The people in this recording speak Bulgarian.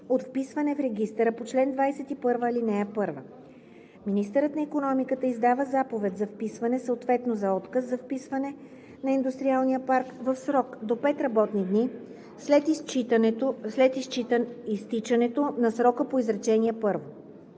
от вписване в регистъра по чл. 21, ал. 1. Министърът на икономиката издава заповед за вписване, съответно за отказ за вписване на индустриалния парк в срок до 5 работни дни след изтичането на срока по изречение първо.